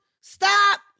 Stop